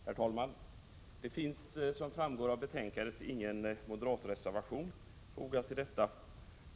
Herr talman! Det finns, som framgår av betänkandet, ingen moderatreservation fogad till detta.